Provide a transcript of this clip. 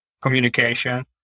communication